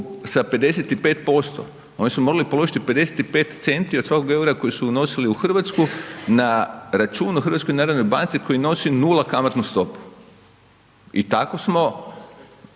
sa 55%. One su morale položiti 55 centi od svakog eura koji su unosile u Hrvatsku na račun u Hrvatskoj narodnoj banci koji nosi nula kamatnu stopu. I tako smo